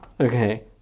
Okay